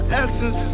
essence